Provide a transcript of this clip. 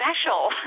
special